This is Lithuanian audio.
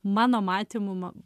mano matymu man